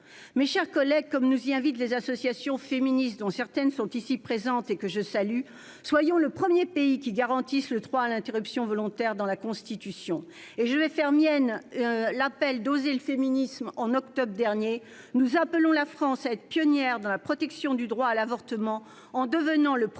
Mes chers collègues, comme nous y invitent les associations féministes, dont certaines sont ici présentes et que je salue, soyons le premier pays garantissant le droit à l'interruption volontaire de grossesse dans la Constitution. Je fais mien l'appel d'Osez le féminisme ! d'octobre dernier :« Nous appelons la France à être pionnière dans la protection du droit à l'avortement, en devenant le premier pays